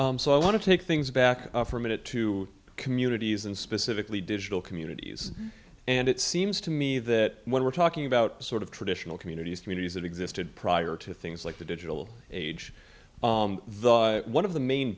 me so i want to take things back for a minute to communities and specifically digital communities and it seems to me that when we're talking about sort of traditional communities communities that existed prior to things like the digital age the one of the main